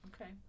Okay